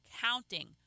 counting